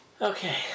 Okay